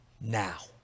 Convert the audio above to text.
now